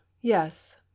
yes